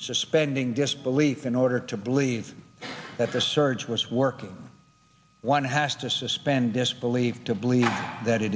suspending disbelief in order to believe that the surge was working one has to suspend disbelief to believe that it